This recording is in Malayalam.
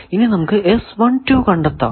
ഇനി നമുക്ക് കണ്ടെത്താം